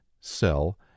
sell